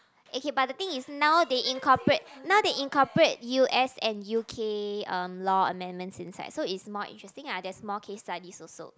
okay but the thing is now they incorporate now they incorporate U_S and U_K um law amendments inside so it's more interesting ah there's more case studies also